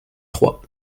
trois